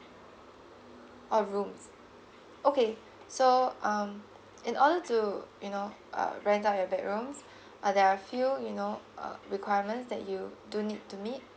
oh rooms okay so um in order to you know uh rent out your bedrooms uh there are a few you know uh requirements that you do need to meet